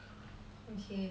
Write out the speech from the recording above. okay